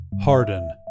Harden